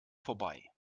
vorbei